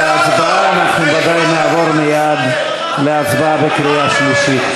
ודאי נעבור מייד להצבעה בקריאה השלישית.